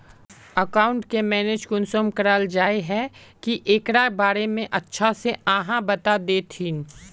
Account के manage कुंसम कराल जाय है की एकरा बारे में अच्छा से आहाँ बता देतहिन?